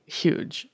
huge